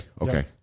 Okay